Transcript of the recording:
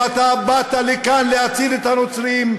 אם אתה באת לכאן להציל את הנוצרים,